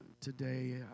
today